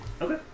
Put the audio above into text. Okay